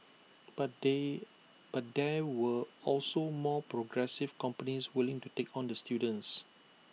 but they but there were also more progressive companies willing to take on the students